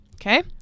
Okay